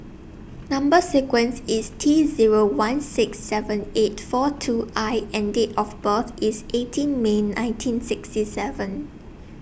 Number sequence IS T Zero one six seven eight four two I and Date of birth IS eighteen May nineteen sixty seven